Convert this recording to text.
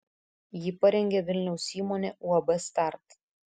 jį parengė vilniaus įmonė uab start